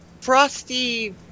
frosty